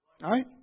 right